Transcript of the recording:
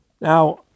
Now